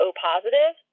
O-positive